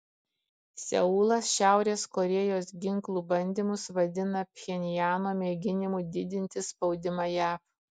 seulas šiaurės korėjos ginklų bandymus vadina pchenjano mėginimu didinti spaudimą jav